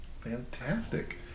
Fantastic